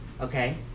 Okay